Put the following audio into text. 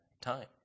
time